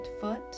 foot